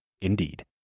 Indeed